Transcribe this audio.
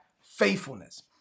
faithfulness